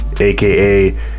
AKA